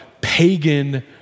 pagan